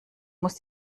muss